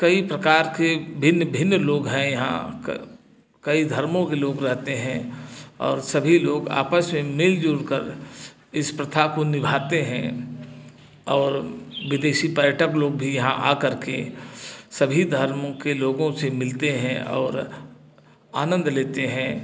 कई प्रकार के भिन्न भिन्न लोग हैं यहाँ क कई धर्मों के लोग रहते हैं और सभी लोग आपस में मिलजुलकर इस प्रथा को निभाते हैं और विदेशी पर्यटक लोग भी यहाँ आकर के सभी धर्मों के लोगों से मिलते हैं आउर आनंद लेते हैं